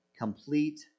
complete